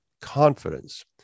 confidence